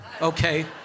okay